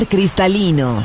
cristalino